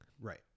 Right